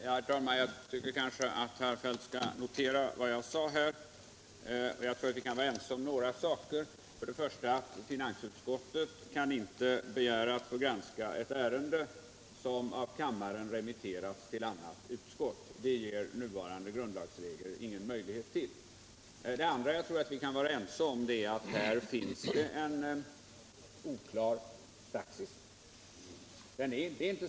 Herr talman! Jag tycker kanske att herr Feldt skall notera vad jag faktiskt sade och jag tror att vi därvidlag kan vara ense om några saker. För det första kan finansutskottet inte begära att få granska ett ärende som av kammaren remitterats till annat utskott. Det ger nuvarande grundlagsregler ingen möjlighet till. För det andra tror jag att vi kan vara ense om att här finns en oklar praxis.